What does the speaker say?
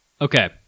Okay